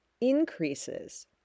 increases